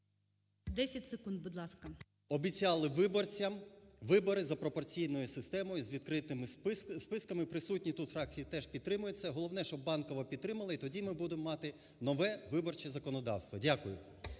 10 секунд, будь ласка. ПАПІЄВ М.М. Ми обіцяли виборцям вибори за пропорційною системою з відкритими списками. Присутні тут фракції теж підтримують це. Головне, щоб Банкова підтримала, і тоді ми будемо мати нове виборче законодавство. Дякую.